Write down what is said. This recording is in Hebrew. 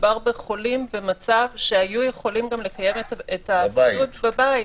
מדובר בחולים במצב שיכלו לקיים את הבידוד בבית.